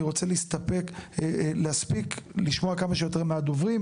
אני רוצה להספיק לשמוע כמה שיותר מהדוברים,